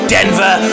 Denver